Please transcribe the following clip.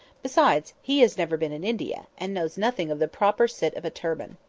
besides, he has never been in india, and knows nothing of the proper sit of a turban.